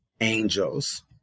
angels